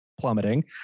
plummeting